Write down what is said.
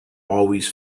always